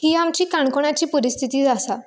ही आमची काणकोणाची परिस्थिती आसा